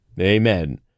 Amen